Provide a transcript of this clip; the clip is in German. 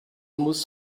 muss